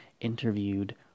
interviewed